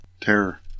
Terror